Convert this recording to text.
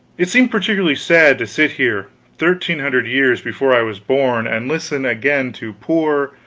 it seemed peculiarly sad to sit here, thirteen hundred years before i was born, and listen again to poor,